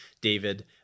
David